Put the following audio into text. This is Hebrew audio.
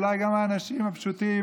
אולי גם האנשים הפשוטים,